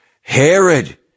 Herod